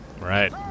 Right